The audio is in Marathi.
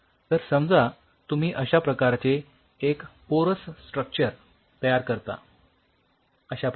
तर समजा तुम्ही अश्या प्रकारचे एक पोरस स्ट्रक्चर तयार करता अश्या प्रकारे